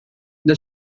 the